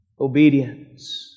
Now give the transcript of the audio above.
obedience